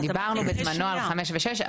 דיברנו בזמנו על (5) ו-(6).